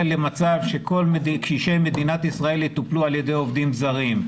למצב שכל קשישי מדינת ישראל יטפלו על ידי עובדים זרים.